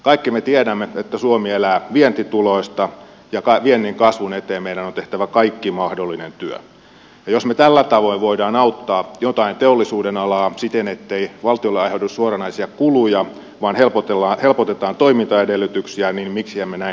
kaikki me tiedämme että suomi elää vientituloista ja viennin kasvun eteen meidän on tehtävä kaikki mahdollinen työ ja jos me tällä tavoin voimme auttaa jotain teollisuudenalaa siten ettei valtiolle aiheudu suoranaisia kuluja vaan helpotetaan toimintaedellytyksiä niin miksi emme näin tekisi